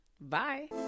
Bye